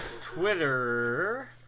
Twitter